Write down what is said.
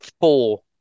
four